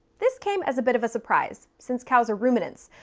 this came as a bit of a surprise, since cows are ruminants,